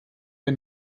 wir